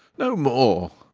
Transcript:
no more!